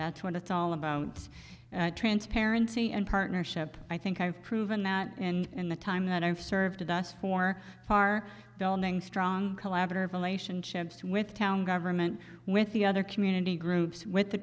that's what it's all about it's transparency and partnership i think i've proven that in the time that i've served us for far building strong collaborative relationship with town government with the other community groups with the